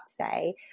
today